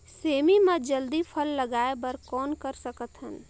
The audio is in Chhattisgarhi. सेमी म जल्दी फल लगाय बर कौन कर सकत हन?